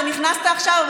אתה נכנסת עכשיו,